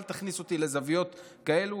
אל תכניס אותי לזוויות כאלו,